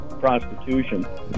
prostitution